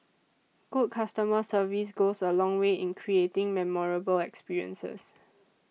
good customer service goes a long way in creating memorable experiences